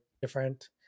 different